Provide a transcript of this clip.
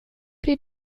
при